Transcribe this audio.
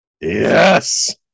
Yes